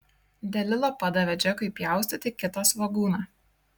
delila padavė džekui pjaustyti kitą svogūną